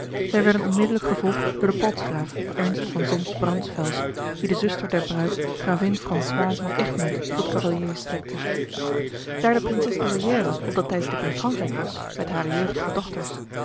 zij werden onmiddellijk gevolgd door den paltsgraaf ernst van solms braunsfels die de zuster der bruid gravin françoise van egmond tot cavalier strekte daar de prinses douairière op dat tijdstip in frankrijk was met hare jeugdige dochters